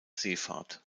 seefahrt